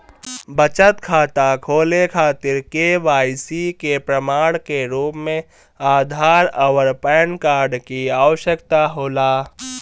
बचत खाता खोले खातिर के.वाइ.सी के प्रमाण के रूप में आधार आउर पैन कार्ड की आवश्यकता होला